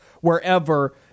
wherever